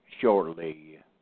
shortly